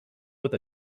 with